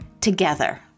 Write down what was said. together